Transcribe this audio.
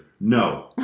no